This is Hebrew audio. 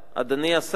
אדוני השר,